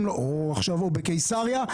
עכשיו הוא בקיסריה,